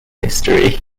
history